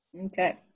okay